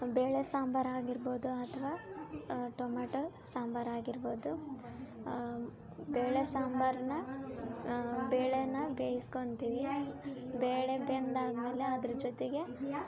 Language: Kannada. ಬೇಳೆ ಸಾಂಬಾರು ಆಗಿರ್ಬೋದು ಅಥವಾ ಟೊಮೆಟೋ ಸಾಂಬಾರು ಆಗಿರ್ಬೋದು ಬೇಳೆ ಸಾಂಬಾರನ್ನ ಬೇಳೆನಾ ಬೇಯ್ಸ್ಕೊಳ್ತೀವಿ ಬೇಳೆ ಬೆಂದ ಆದ್ಮೇಲೆ ಅದ್ರ ಜೊತೆಗೆ